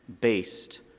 based